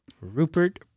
Rupert